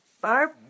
Barb